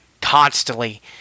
constantly